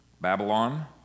Babylon